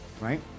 right